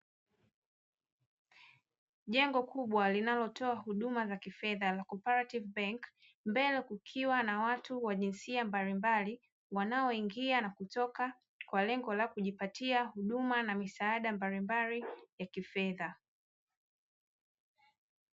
Jengo kubwa linalotoa huduma za kifedha la "CO-OPERATIVE BANK", mbele kukiwa na watu wa jinsia mbalimbali wanaoingia na kutoka, kwa lengo la kujipatia huduma na misaada mbalimbali ya kifedha.